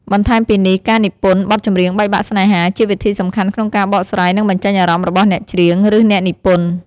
បន្ថែមពីនេះការនិពន្ធ បទចម្រៀងបែកបាក់ស្នេហា ជាវិធីសំខាន់ក្នុងការបកស្រាយ និងបញ្ចេញអារម្មណ៍របស់អ្នកច្រៀង ឬអ្នកនិពន្ធ។